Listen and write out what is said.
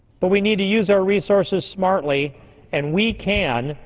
but we need to use our resources smartly and we can,